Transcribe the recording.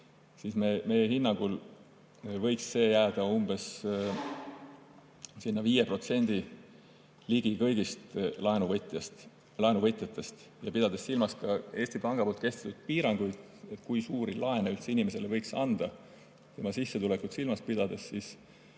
siis meie hinnangul võiks neid olla umbes 5% kõigist laenuvõtjatest. Pidades silmas ka Eesti Panga kehtestatud piiranguid, kui suuri laene üldse inimesele võiks anda tema sissetulekut silmas pidades, siis